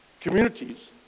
communities